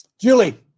Julie